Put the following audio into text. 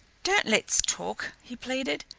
don't let's talk, he pleaded.